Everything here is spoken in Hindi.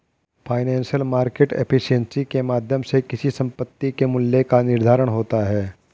फाइनेंशियल मार्केट एफिशिएंसी के माध्यम से किसी संपत्ति के मूल्य का निर्धारण होता है